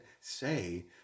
say